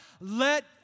Let